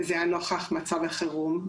וזה היה נוכח מצב החירום,